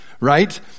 Right